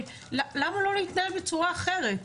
למה לא להתנהל בצורה אחרת?